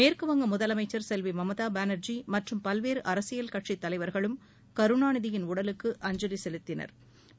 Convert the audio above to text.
மேற்குவங்க முதலமைச்சர் செல்வி மம்தா பானா்ஜி மற்றும் பல்வேறு அரசியல் கட்சித் தலைவா்களும் கருணாநிதியின் உடலுக்கு அஞ்சலி செலுத்தினா்